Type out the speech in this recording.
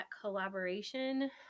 collaboration